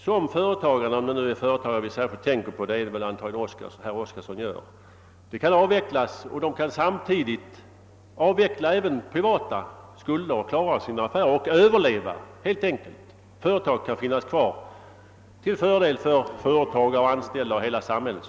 Jag förmodar att det särskilt är företagare som herr Oskarson tänker på — de kan då samtidigt avveckla även privata skulder, och företaget kan överleva, till fördel för företagaren, de anställda och hela samhället.